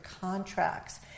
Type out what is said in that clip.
contracts